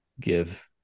give